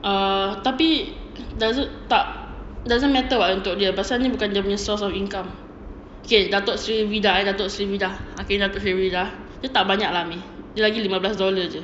err tapi doesn't tak doesn't matter [what] untuk dia pasal ni bukan dia punya source of income okay dato sri vida eh dato sri vida okay dato sri vida dia tak banyak lah umi dia lagi lima belas dollars jer